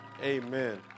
Amen